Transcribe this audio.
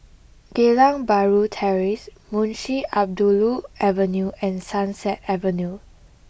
Geylang Bahru Terrace Munshi Abdullah Avenue and Sunset Avenue